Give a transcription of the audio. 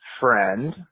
friend